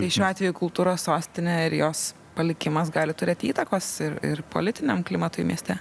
tai šiuo atveju kultūros sostinė ir jos palikimas gali turėti įtakos ir ir politiniam klimatui mieste